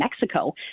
Mexico